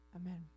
Amen